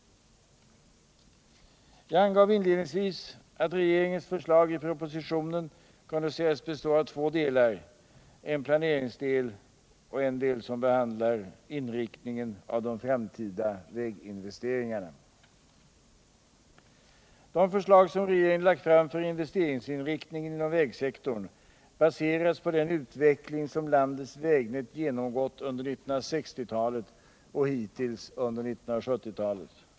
Jag angav inledningsvis att regeringens förslag i propositionen kunde sägas bestå av två delar, en planeringsdel och en del som behandlade inriktningen av de framtida väginvesteringarna. De förslag som regeringen lagt fram för investeringsinriktningen inom vägsektorn baseras på den utveckling som landets vägnät genomgått under 1960-talet och hittills under 1970-talet.